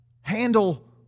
handle